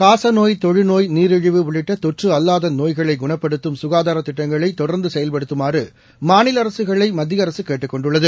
காசநோய் தொமுநோய் நீரிழிவு உள்ளிட்ட தொற்று அல்லா நோய்களை குணப்படுத்தும் சுகாதாரத் திட்டங்களை தொடர்ந்து செயல்படுத்துமாறு மாநில அரசுகளை மத்திய அரசு கேட்டுக் கொண்டுள்ளது